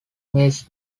mis